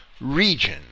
region